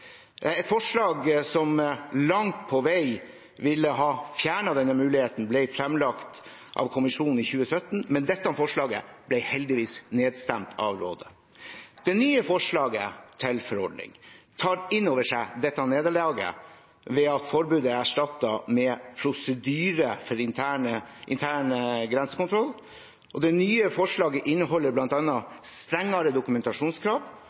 Et forslag som langt på vei ville ha fjernet denne muligheten, ble fremlagt av Kommisjonen i 2017, men det forslaget ble heldigvis nedstemt av Rådet. Det nye forslaget til forordning tar inn over seg dette nederlaget ved at forbudet er erstattet med prosedyre for intern grensekontroll, og det nye forslaget inneholder bl.a. strengere dokumentasjonskrav